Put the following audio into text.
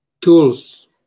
tools